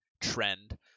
trend